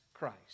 Christ